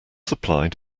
supplied